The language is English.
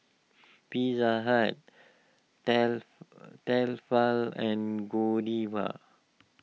Pizza Hut tel Tefal and Godiva